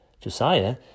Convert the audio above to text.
Josiah